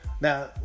Now